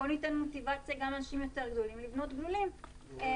בוא ניתן מוטיבציה לכמה שיותר לולנים לבנות לולי מעוף,